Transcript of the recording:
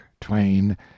Twain